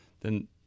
then-